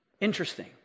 Interesting